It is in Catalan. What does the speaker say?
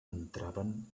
entraven